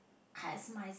has my